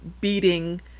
beating